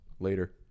Later